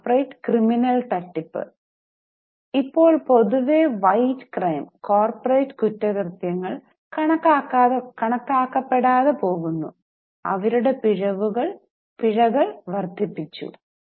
corporate criminal തട്ടിപ്പ് ഇപ്പോൾ പൊതുവേ വൈറ്റ് ക്രൈം കണക്കാക്കപ്പെടാതെ പോകുന്നു അവരുടെ പിഴകൾ വർദ്ധിപ്പിച്ചു